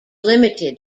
limited